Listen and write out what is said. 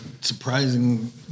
surprising